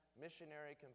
missionary